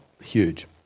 huge